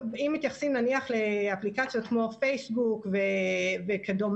אם מתייחסים לאפליקציות כמו פייסבוק ו WAZE